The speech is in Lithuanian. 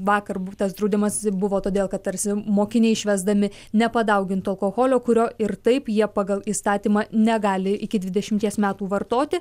vakar tas draudimas buvo todėl kad tarsi mokiniai švęsdami nepadaugintų alkoholio kurio ir taip jie pagal įstatymą negali iki dvidešimties metų vartoti